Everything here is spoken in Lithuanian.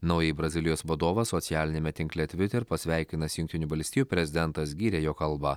naująjį brazilijos vadovą socialiniame tinkle twitter pasveikinęs jungtinių valstijų prezidentas gyrė jo kalbą